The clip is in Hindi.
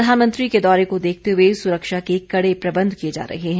प्रधानमंत्री के दौरे को देखते हुए सुरक्षा के कड़े प्रबंध किए जा रहे हैं